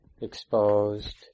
exposed